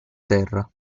terra